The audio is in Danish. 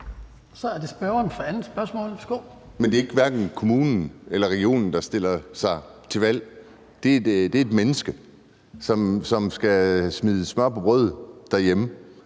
15:20 Kim Edberg Andersen (NB): Men det er hverken kommunen eller regionen, der stiller op til valg. Det er et menneske, som skal have smør på brødet derhjemme.